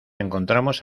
encontramos